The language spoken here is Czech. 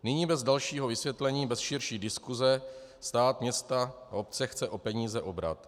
Nyní bez dalšího vysvětlení, bez širší diskuse stát města, obce chce o peníze obrat.